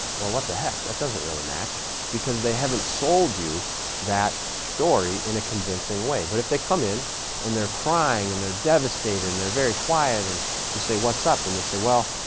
well what the heck, that doesn't really match because they haven't sold you that story in a convincing way. but if they come in and they're crying and they're devastated and they're very quiet and you say, what's up? they say, well,